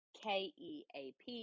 k-e-a-p